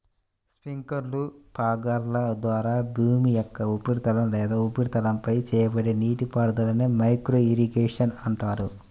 స్ప్రింక్లర్లు, ఫాగర్ల ద్వారా భూమి యొక్క ఉపరితలం లేదా ఉపరితలంపై చేయబడే నీటిపారుదలనే మైక్రో ఇరిగేషన్ అంటారు